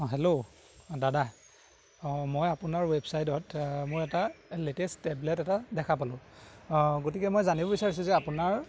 অঁ হেল্ল' দাদা অঁ মই আপোনাৰ ৱেবছাইটত মোৰ এটা লেটেষ্ট টেবলেট এটা দেখা পালোঁ অঁ গতিকে মই জানিব বিচাৰিছোঁ যে আপোনাৰ